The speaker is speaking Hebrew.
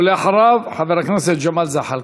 ואחריו, חבר הכנסת ג'מאל זחאלקה.